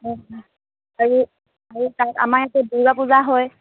অঁ আৰু আৰু তাত আমাৰ ইয়াতে দুৰ্গাপূজা হয়